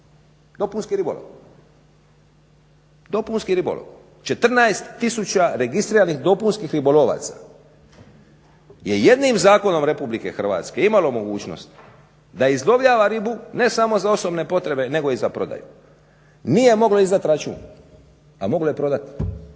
dopunski ribolov. 14 tisuća registriranih dopunskih ribolovaca je jednim zakonom Republike Hrvatske imalo mogućnost da izlovljava ribu ne samo za osobne potrebe nego i za prodaju. Nije moglo izdati račun a moglo je prodati.